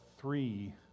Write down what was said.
three